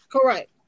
Correct